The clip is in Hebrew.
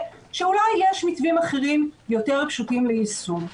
שאולי יש מתווים אחרים יותר פשוטים ליישום.